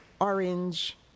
orange